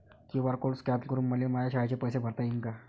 QR code scan करून मले माया शाळेचे पैसे भरता येईन का?